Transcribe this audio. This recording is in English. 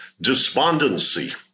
despondency